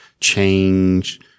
change